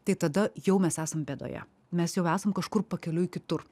tai tada jau mes esam bėdoje mes jau esam kažkur pakeliui kitur